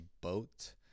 boat